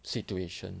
situation